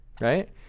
right